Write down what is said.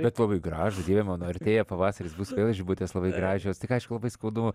bet labai gražų dieve mano artėja pavasaris bus vėl žibutės labai gražios tik aišku labai skaudu